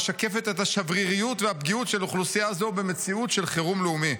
המשקפת את השבריריות והפגיעות של אוכלוסייה זו במציאות של חירום לאומי.